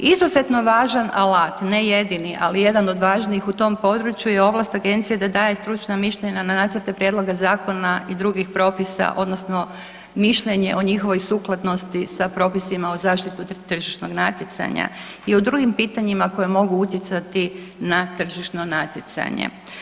Izuzetno važan alat, ne jedini ali jedan od važnijih u tom području je ovlast agencije da daje stručna mišljenja na nacrte prijedloga zakona i drugih propisa odnosno mišljenje o njihovoj sukladnosti sa propisima o zaštiti tržišnog natjecanja i o drugim pitanjima koje mogu utjecati na tržišno natjecanje.